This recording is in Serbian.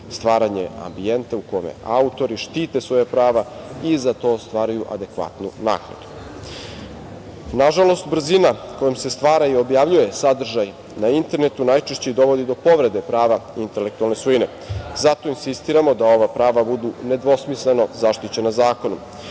stvaranje ambijenta u kome autori štite svoja prava i za to ostvaruju adekvatnu naknadu. Nažalost, brzina kojom se stvara i objavljuje sadržaj na internetu najčešće dovodi do povrede prava intelektualne svojine. Zato insistiramo da ova prava budu nedvosmisleno zaštićena zakonom.